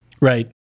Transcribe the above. Right